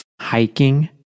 hiking